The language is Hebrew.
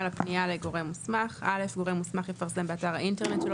הפנייה לגורם מוסמך 29. (א) גורם מוסמך יפרסם באתר האינטרנט שלו